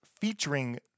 featuring